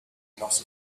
not